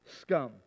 scum